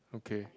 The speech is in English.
okay